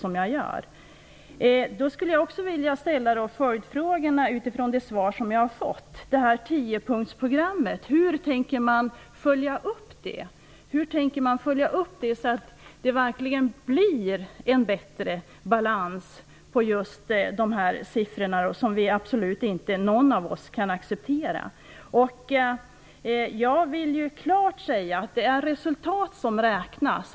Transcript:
Utifrån det svar som jag har fått skulle jag vilja ställa en följdfråga. Hur tänker man följa upp tiopunktsprogrammet så att det verkligen blir en bättre balans när det gäller dessa siffror? Ingen av oss kan ju acceptera dem. Det är resultat som räknas.